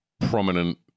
prominent